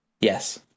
yes